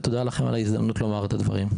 תודה לכם על ההזדמנות לומר את הדברים.